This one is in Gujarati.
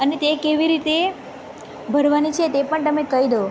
અને તે કેવી રીતે ભરવાના છે તે પણ તમે કહી દો